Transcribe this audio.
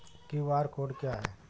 QR code क्या है?